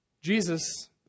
Jesus